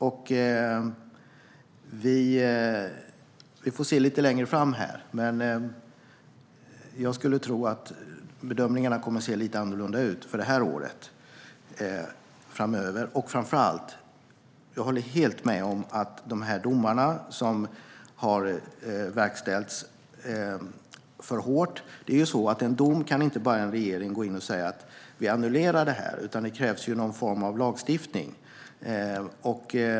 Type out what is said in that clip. Vi får se hur det blir lite längre fram, men jag skulle tro att bedömningarna kommer att se lite annorlunda ut för detta år och framöver. Framför allt håller jag helt med om att vissa domar har verkställts alltför hårt. En regering kan inte bara gå in och säga att man annullerar en dom, utan det krävs någon form av lagstiftning.